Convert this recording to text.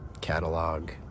catalog